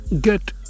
Get